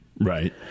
Right